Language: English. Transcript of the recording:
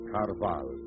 Carval